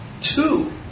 Two